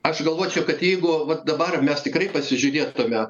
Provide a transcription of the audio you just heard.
aš galvočiau kad jeigu vat dabar mes tikrai pasižiūrėtume